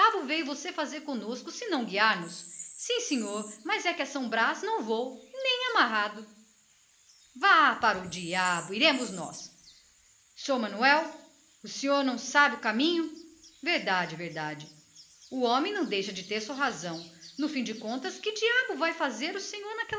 veio você fazer conosco senão guiar nos sim senhor mas é que a são brás não vou nem amarrado vá para o inferno iremos nós ó seor manuel o senhor não sabe o caminho verdade verdade o homem não deixa de ter sua razão no fim de contas que diacho ai fazer o